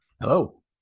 Hello